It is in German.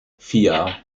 vier